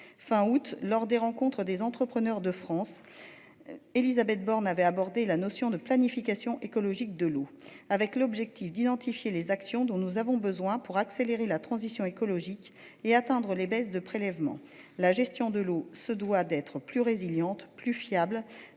fin août lors des rencontres des entrepreneurs de France. Élisabeth Borne avait abordé la notion de planification écologique de l'eau avec l'objectif d'identifier les actions dont nous avons besoin pour accélérer la transition écologique et atteindre les baisses de prélèvements. La gestion de l'eau se doit d'être plus résilientes plus fiable